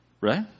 Right